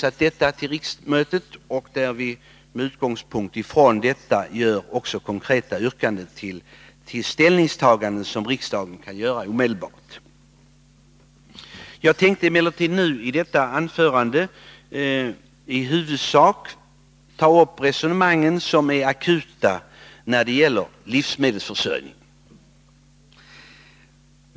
Med utgångspunkt från detta har vi framfört konkreta yrkanden om ställningstaganden som riksdagen kan göra omedelbart. Jag tänkte emellertid i detta anförande huvudsakligen ta upp resonemang kring akuta problem när det gäller livsmedelsförsörjningen.